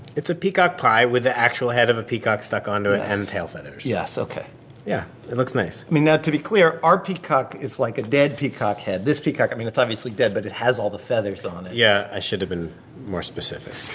it's a peacock pie with the actual head of a peacock stuck onto it and tail feathers yes. ok yeah. it looks nice i mean, now, to be clear, our peacock is, like, a dead peacock head. this peacock i mean, it's obviously dead, but it has all the feathers on it yeah. i should have been more specific.